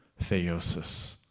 theosis